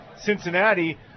Cincinnati